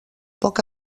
poc